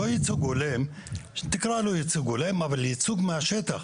אין ייצוג הולם, ייצוג מהשטח.